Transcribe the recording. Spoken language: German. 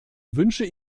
wünsche